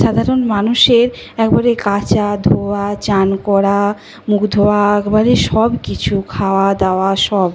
সাধারণ মানুষের একবারে কাচা ধোয়া স্নান করা মুক ধোয়া একবারে সব কিছু খাওয়া দাওয়া সব